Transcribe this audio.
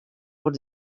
por